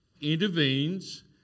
intervenes